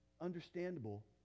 understandable